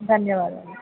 ధన్యవాదాలు